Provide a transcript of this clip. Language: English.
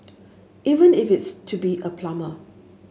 even if it's to be a plumber